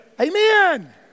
Amen